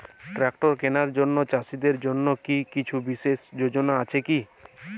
Tractor কেনার জন্য চাষীদের জন্য কী কিছু বিশেষ যোজনা আছে কি?